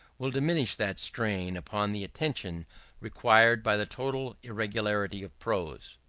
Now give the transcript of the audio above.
will diminish that strain upon the attention required by the total irregularity of prose.